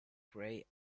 grey